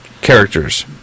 characters